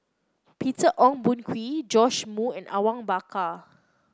Peter Ong Boon Kwee Joash Moo and Awang Bakar